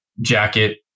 jacket